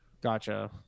Gotcha